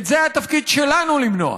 את זה התפקיד שלנו למנוע.